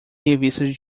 revistas